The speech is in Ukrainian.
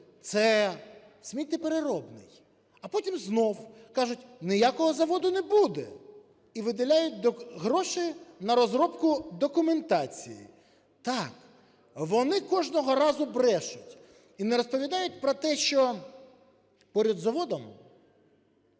це сміттєпереробний, а потім знову кажуть - ніякого заводу не буде, і виділяють гроші на розробку документації. Так, вони кожного разу брешуть і не розповідають про те, що перед заводом